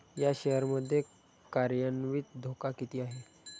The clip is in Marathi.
या शेअर मध्ये कार्यान्वित धोका किती आहे?